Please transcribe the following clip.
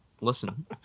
Listen